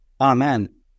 Amen